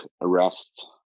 arrest